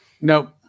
Nope